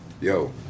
Yo